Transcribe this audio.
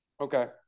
Okay